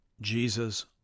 Jesus